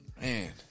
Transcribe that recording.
Man